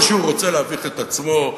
או שהוא רוצה להביך את עצמו,